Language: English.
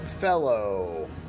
fellow